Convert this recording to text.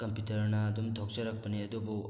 ꯀꯝꯄ꯭ꯌꯨꯇꯔꯅ ꯑꯗꯨꯝ ꯊꯣꯛꯆꯔꯛꯄꯅꯤ ꯑꯗꯨꯕꯨ